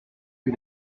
que